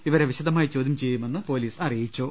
ഇവരെ വിശദമായി ചോദ്യം ചെയ്യു മെന്ന് പൊലീസ് അറിയിച്ചു